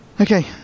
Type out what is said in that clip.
okay